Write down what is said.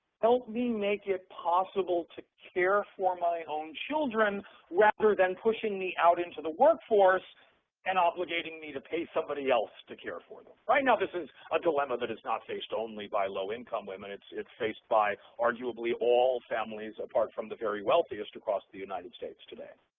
help me make it possible to care for my own children rather than pushing me out into the workforce and obligating me to pay somebody else to care for them right. now this is a dilemma that is not faced only by low income women, it's it's faced by, arguably, all families apart from the very wealthiest across the united states today.